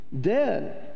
dead